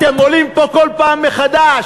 אתם עולים פה כל פעם מחדש,